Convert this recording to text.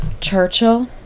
Churchill